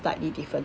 slightly different